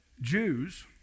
Jews